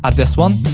um this one.